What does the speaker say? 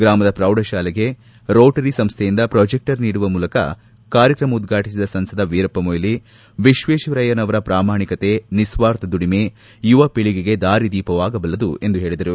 ಗ್ರಾಮದ ಪ್ರೌಢಶಾಲೆಗೆ ರೋಟರಿ ಸಂಸ್ಥೆಯಿಂದ ಪ್ರೊಚಿಕ್ಷರ್ ನೀಡುವ ಮೂಲಕ ಕಾರ್ಯಕ್ರಮ ಉದ್ಘಾಟಿಸಿದ ಸಂಸದ ವೀರಪ್ಪಮೋಯ್ಲಿ ವಿಶ್ವೇಶ್ವರಯ್ಯನವರ ಪ್ರಾಮಾಣಿಕ ನಿಸ್ವಾರ್ಥ ದುಡಿಮೆ ಯುವ ಪೀಳಗೆಗೆ ದಾರಿದೀಪವಾಗಬಲ್ಲದು ಎಂದು ಹೇಳದರು